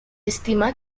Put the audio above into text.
estima